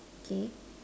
okay